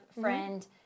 friend